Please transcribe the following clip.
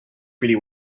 pretty